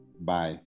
Bye